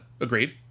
Agreed